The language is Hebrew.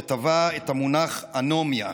וטבע את המונח אנומיה.